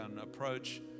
approach